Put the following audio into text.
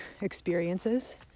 experiences